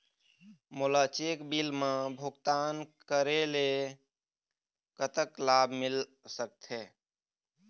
मोला cheque bill मा भुगतान करेले कतक लाभ मिल सकथे?